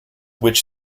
which